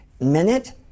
minute